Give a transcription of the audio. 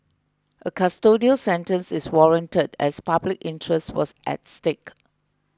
a custodial sentence is warranted as public interest was at stake